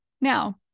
Now